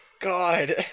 God